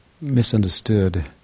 misunderstood